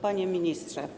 Panie Ministrze!